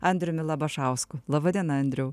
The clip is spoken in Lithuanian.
andriumi labašausku laba diena andriau